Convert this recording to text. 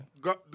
God